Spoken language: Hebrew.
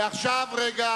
ועכשיו רגע